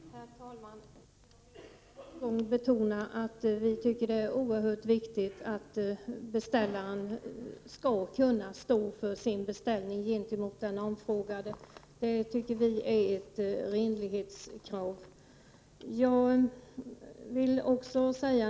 Herr talman! Jag vill än en gång betona att vi tycker att det är oerhört viktigt att beställaren kan stå för sin beställning gentemot den omfrågade. Det tycker vi är ett renlighetskrav.